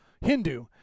Hindu